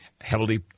heavily